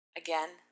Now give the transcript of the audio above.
again